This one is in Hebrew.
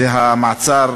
שזה המעצר